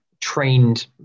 trained